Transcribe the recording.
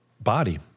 body